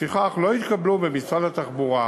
לפיכך לא התקבלו במשרד התחבורה